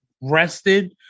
rested